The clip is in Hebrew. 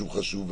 שהוא חשוב,